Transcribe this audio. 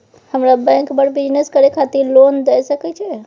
हमरा बैंक बर बिजनेस करे खातिर लोन दय सके छै?